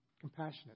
compassionate